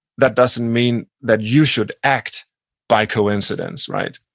that doesn't mean that you should act by coincidence, right?